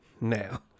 now